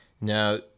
Now